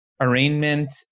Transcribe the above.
arraignment